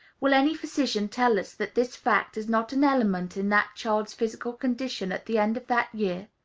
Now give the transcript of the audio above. will any physician tell us that this fact is not an element in that child's physical condition at the end of that year?